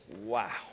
Wow